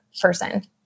person